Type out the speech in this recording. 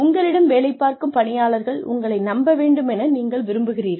உங்களிடம் வேலைபார்க்கும் பணியாளர்கள் உங்களை நம்ப வேண்டுமென நீங்கள் விரும்புகிறீர்கள்